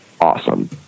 awesome